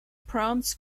prompts